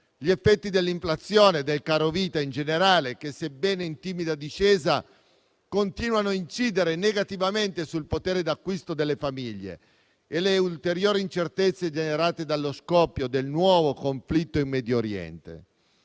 gli effetti dell'inflazione e del carovita in generale che, sebbene in timida discesa, continuano a incidere negativamente sul potere d'acquisto delle famiglie, e le ulteriori incertezze generate dallo scoppio del nuovo conflitto in Medio Oriente.